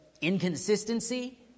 inconsistency